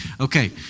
Okay